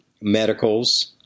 medicals